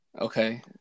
Okay